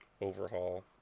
Overhaul